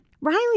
Riley